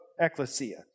ecclesia